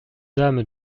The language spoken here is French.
dame